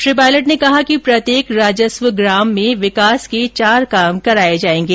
श्री पायलट ने कहा कि प्रत्येक राजस्व ग्राम में विकास के चार काम कराये जायेंगे